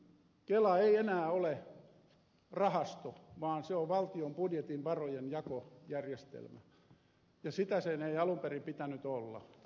kela ei enää ole rahasto vaan se on valtion budjetin varojen jakojärjestelmä ja sitä sen ei alun perin pitänyt olla